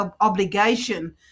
obligation